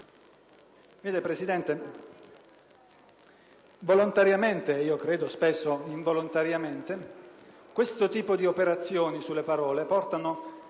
Vede, Presidente, volontariamente - e credo spesso involontariamente - questo tipo di operazioni sulle parole portano